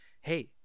hey